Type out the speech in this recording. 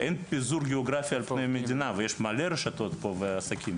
אין פיזור גאוגרפי על פני המדינה ויש מלא רשתות פה ועסקים,